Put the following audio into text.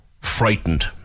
frightened